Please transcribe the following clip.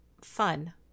fun